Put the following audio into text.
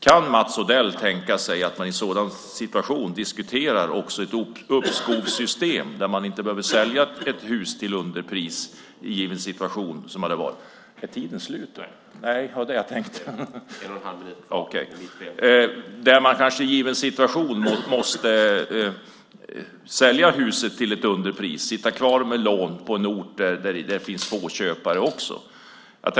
Kan Mats Odell tänka sig att diskutera ett uppskovssystem så att man i en sådan situation inte behöver sälja ett hus till underpris och sitta kvar med lån, till exempel på en ort där det finns få köpare?